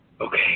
Okay